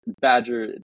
Badger